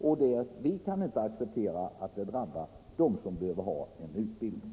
Men vi kan som sagt inte acceptera att bristen på pengar drabbar dem som behöver utbildning.